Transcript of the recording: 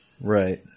Right